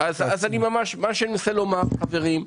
מה שאני מנסה לומר, חברים,